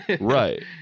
Right